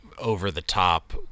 over-the-top